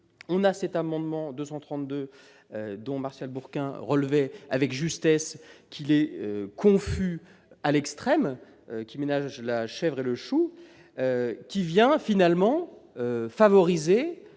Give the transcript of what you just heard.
on a cette amendement 232 dont Martial Bourquin relevait avec justesse qu'il est confus à l'extrême, qui ménage la chèvre et le chou qui vient finalement favoriser